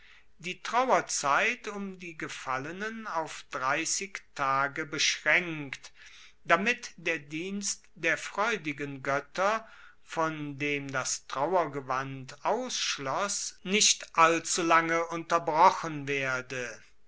die trauerzeit um die gefallenen auf dreissig tage beschraenkt damit der dienst der freudigen goetter von dem das trauergewand ausschloss nicht allzulange unterbrochen werde